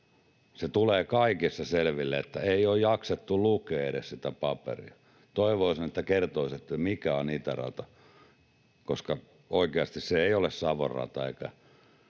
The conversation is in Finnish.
Se tulee kaikessa selville, että ei ole jaksettu lukea edes sitä paperia. Toivoisin, että kertoisitte, mikä on itärata, koska oikeasti se ei ole Savon rata eikä